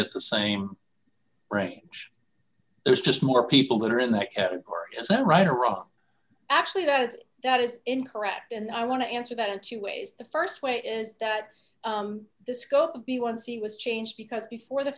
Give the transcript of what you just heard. get the same range there's just more people that are in that category is that right or wrong actually that that is incorrect and i want to answer that in two ways the st way is that the scope of the one c was changed because before the